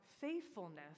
faithfulness